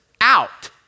out